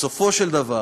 בסופו של דבר